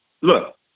Look